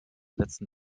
letzten